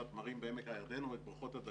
לראות את התמרים בעמק הירדן או בבריכות הדגים